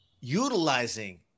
utilizing